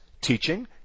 teaching